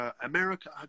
America